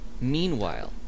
meanwhile